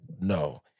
No